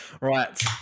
Right